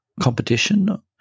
competition